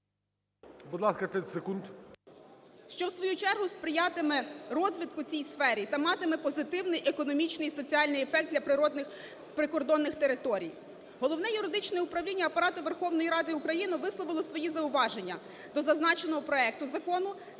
в свою чергу сприятиме розвитку в цій сфери та матиме позитивний економічний і соціальний ефект для природних прикордонних територій. Головне юридичне управління Апарату Верховної Ради України висловило свої зауваження до зазначеного проекту закону,